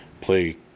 play